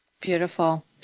Beautiful